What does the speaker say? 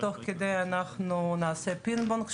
תוך כדי אנחנו נעשה פינג פונג,